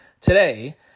today